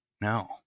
No